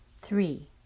Three